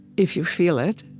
if you feel it,